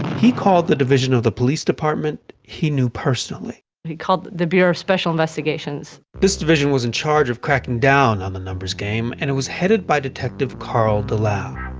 he called the division of the department he knew personally he called the bureau of special investigations. this division was in charge of cracking down on the numbers game, and it was headed by detective carl delau.